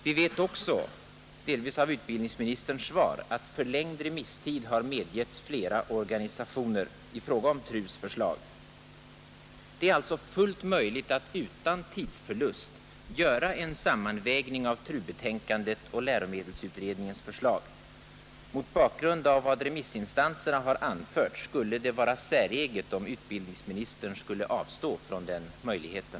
Vi vet också — delvis av utbildningsministerns svar — att förlängd remisstid har medgetts flera organisationer i fråga om TRU:s förslag. Det är alltså fullt möjligt att utan tidsförlust göra en sammanvägning av TRU-betänkandet och läromedelsutredningens förslag. Mot bakgrund av vad remissinstanserna anfört skulle det vara säreget om utbildningsministern skulle avstå från den möjligheten.